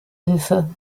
hilfe